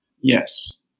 Yes